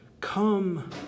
come